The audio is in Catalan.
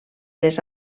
les